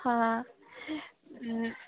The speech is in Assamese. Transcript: অঁ